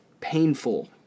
painful